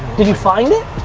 did you find it?